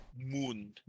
moon